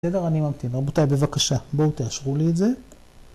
בסדר, אני ממתין. רבותיי, בבקשה, בואו תאשרו לי את זה.